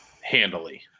Handily